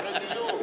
לחסרי דיור.